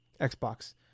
Xbox